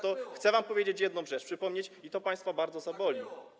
to chcę wam powiedzieć jedną rzecz, przypomnieć, i to państwa bardzo zaboli.